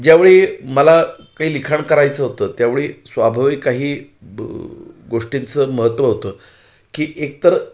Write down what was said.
ज्यावेळी मला काही लिखाण करायचं होतं त्यावेळी स्वाभाविक काही गोष्टींचं महत्त्व होतं की एकतर